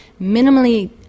minimally